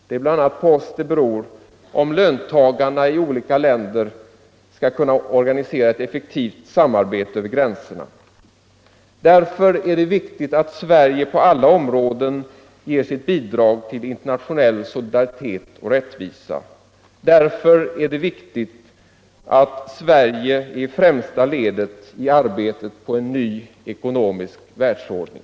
Det är bl.a. på oss det beror om löntagarna i misk världsordning olika länder skall kunna organisera ett effektivt samarbete över gränserna. Därför är det viktigt att Sverige på alla områden ger sitt bidrag till internationell solidaritet och rättvisa. Därför är det viktigt att Sverige är i främsta ledet i arbetet på en ny ekonomisk världsordning.